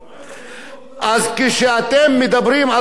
אז כשאתם מדברים על דברים כאלה,